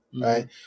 right